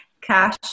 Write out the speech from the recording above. cash